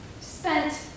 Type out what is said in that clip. spent